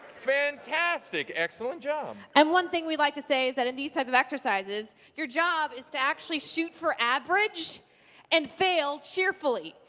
fantastic, excellent job. and one thing that we like to say is that in these type of exercises your job is to actually shoot for average and fail cheerfully,